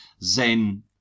Zen